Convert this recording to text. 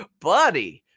Buddy